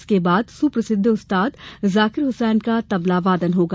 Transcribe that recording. इसके बाद सुप्रसिद्ध उस्ताद जाकिर हुसैन का तबला वादन होगा